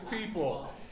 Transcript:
people